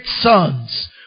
sons